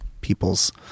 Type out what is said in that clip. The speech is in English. people's